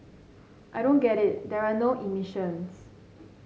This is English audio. I don't get it there are no emissions